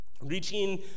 reaching